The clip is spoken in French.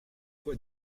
quoi